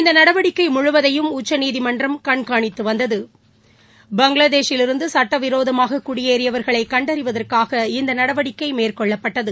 இந்த நடவடிக்கை முழுவதையும் உச்சநீதிமன்றம் கண்காணித்து வந்தது பங்களாதேஷிலிருந்து சட்டவிரோதமாக குடியேறியவர்களைக் கண்டறிவதற்காக இந்த நடவடிக்கை மேற்கொள்ளப்பட்டது